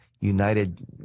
united